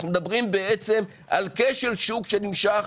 אנחנו מדברים בעצם על כשל שוק שנמשך